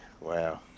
wow